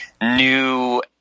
new